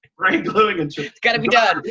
spray-gluing into it's gotta be done.